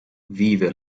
vive